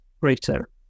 greater